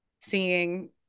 Seeing